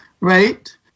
right